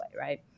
right